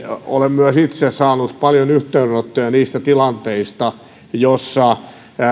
olen myös itse saanut paljon yhteydenottoja niistä tilanteista joissa